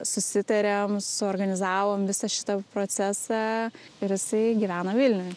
susitarėm suorganizavom visą šitą procesą ir jisai gyvena vilniuje